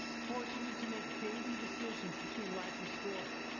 forcing you to make daily decisions between life and school.